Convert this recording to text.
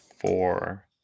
four